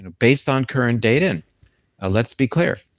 and based on current data and let's be clear,